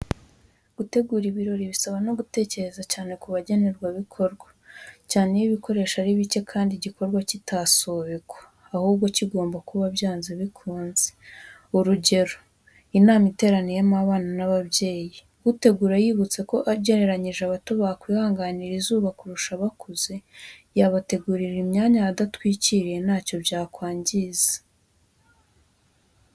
Gutegura ibirori bisaba no gutekereza cyane ku bagenerwabikorwa, cyane iyo ibikoresho ari bike kandi igikorwa kitasubikwa, ahubwo kigomba kuba byanze bikunze. Urugero, inama iteraniyemo abana n'ababyeyi, utegura yibutse ko ugereranyije abato bakwihanganira izuba kurusha abakuze, yabategurira imyanya ahadatwikiriye, ntacyo byakwangiza.